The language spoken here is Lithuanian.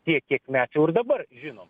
tiek kiek mes jau ir dabar žinom